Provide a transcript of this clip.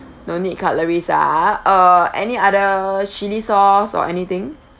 no need cutleries ah uh any other chili sauce or anything